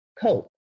cope